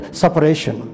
separation